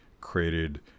created